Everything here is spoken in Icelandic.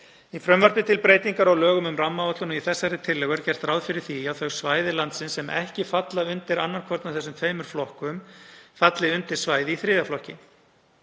Í frumvarpi til breytinga á lögum um rammaáætlun og í þessari tillögu er gert ráð fyrir því að þau svæði landsins sem ekki falli undir annan hvorn af þessum tveimur flokkum falli undir svæði í flokki